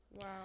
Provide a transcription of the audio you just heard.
wow